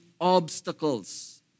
obstacles